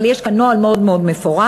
אבל יש כאן נוהל מאוד מאוד מפורט.